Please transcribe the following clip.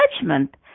judgment